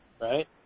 right